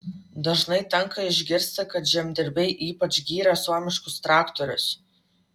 dažnai tenka išgirsti kad žemdirbiai ypač giria suomiškus traktorius